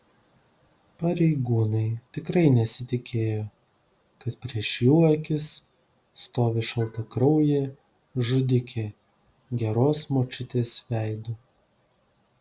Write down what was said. pareigūnai tikrai nesitikėjo kad prieš jų akis stovi šaltakraujė žudikė geros močiutės veidu